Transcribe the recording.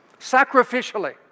sacrificially